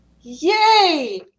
yay